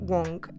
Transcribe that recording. Wong